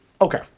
okay